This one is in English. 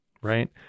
right